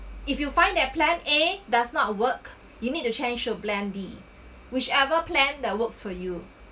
if you find that plan a does not work you need to change your plan b whichever plan that works for you